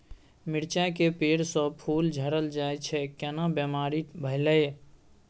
मिर्चाय के पेड़ स फूल झरल जाय छै केना बीमारी भेलई?